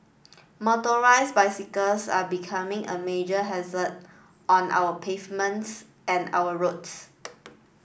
motorised bicycles are becoming a major hazard on our pavements and our roads